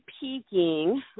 peaking